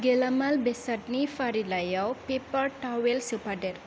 गेलामाल बेसादनि फारिलाइलायाव पेपार थावेल सोफादेर